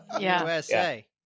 USA